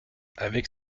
avec